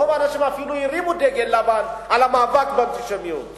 רוב האנשים אפילו הרימו דגל לבן לגבי המאבק באנטישמיות שם.